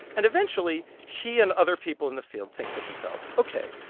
and eventually, he and other people in the field think to themselves ok,